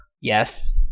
Yes